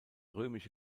römische